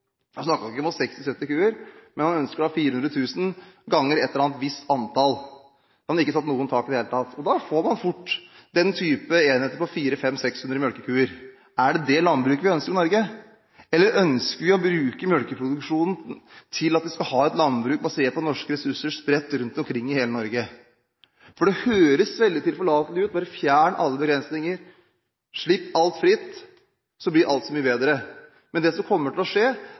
snakker ikke om å ha 60–70 kuer, man ønsker å ha 400 000 liter ganger et eller annet visst antall. Man har ikke satt noe tak i det hele tatt. Da får man fort enheter på 400–500–600 melkekuer. Er det et slikt landbruk vi ønsker i Norge, eller ønsker vi å bruke melkeproduksjonen slik at vi kan ha et landbruk basert på norske ressurser, spredt rundt omkring i hele Norge? Det høres veldig tilforlatelig ut: Bare fjern alle begrensninger, slipp alt fritt – så blir alt så mye bedre! Men det som kommer til å skje,